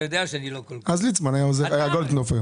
אז גולדקנופף היה